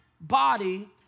body